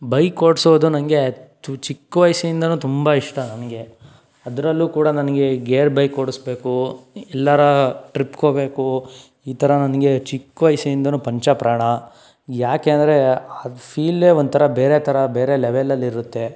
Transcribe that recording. bike ಓಡ್ಸೋದು ನನಗೆ ತು ಚಿಕ್ಕ ವಯಸ್ಸಿಂದನೂ ತುಂಬ ಇಷ್ಟ ನನಗೆ ಅದರಲ್ಲೂ ಕೂಡ ನನಗೆ ಗೇರ್ ಬೈಕ್ ಒಡಿಸ್ಬೇಕು ಎಲ್ಲಾರ ಟ್ರಿಪ್ಗೆ ಹೊಗ್ಬೇಕು ಈ ಥರ ನನಗೆ ಚಿಕ್ಕ ವಯಸ್ಸಿಂದನೂ ಪಂಚಪ್ರಾಣ ಯಾಕೆ ಅಂದರೆ ಆ ಫೀಲೆ ಒಂಥರ ಬೇರೆ ಥರ ಬೇರೆ ಲೆವೆಲ್ ಅಲ್ಲಿ ಇರುತ್ತೆ